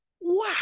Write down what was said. wow